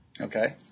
Okay